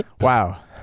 wow